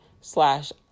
slash